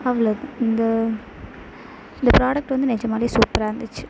அவ்வளோதான் இந்த இந்த ப்ராடெக்ட் வந்து நிஜமாலே சூப்பராக இருந்துச்சு